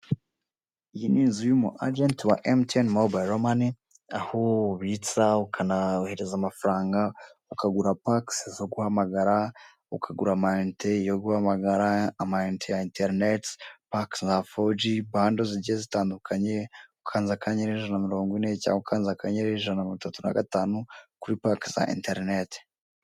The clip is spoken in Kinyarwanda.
Iyi ni inzu irimo umu ajenti wa MTN mobile money, aho ubitsa, ukanohereza amafaranga ,ukagura pake zo guhamagara, ukagura amayinite yo guhamagara, amayinite ya interineti, pake za foji, bando zigiye zitandukanye ,ukanze akanyenyeri ijana na mirongo ine cyangwa ukanze akanyenyeri ijana namirongo tatu na gatanu kuri pake za interineti.